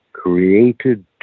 Created